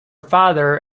father